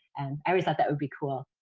and i always thought that would be cool.